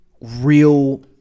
real